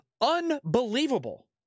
unbelievable